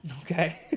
Okay